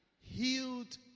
healed